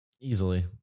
Easily